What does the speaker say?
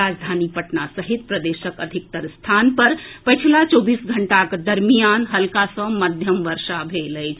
राजधानी पटना सहित प्रदेशक अधिकतर स्थान पर पछिला चौबीस घंटाक दरमियान हल्का सँ मध्यम वर्षा भेल अछि